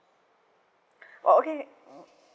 orh okay